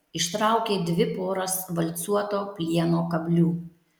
ištraukė dvi poras valcuoto plieno kablių